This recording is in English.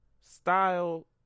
style